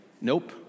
Nope